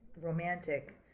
romantic